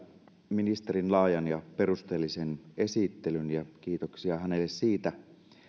ministerin laajan ja perusteellisen esittelyn kiitoksia hänelle siitä